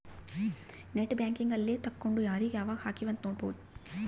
net banking ಅಲ್ಲೆ ತೆಕ್ಕೊಂಡು ಯಾರೀಗ ಯಾವಾಗ ಹಕಿವ್ ಅಂತ ನೋಡ್ಬೊದು